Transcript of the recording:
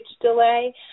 delay